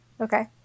Okay